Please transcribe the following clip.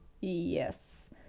yes